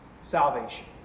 salvation